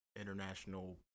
international